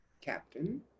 Captain